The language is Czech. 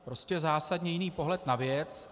Prostě zásadně jiný pohled na věc.